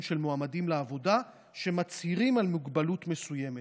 של מועמדים לעבודה שמצהירים על מוגבלות מסוימת.